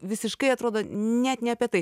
visiškai atrodo net ne apie tai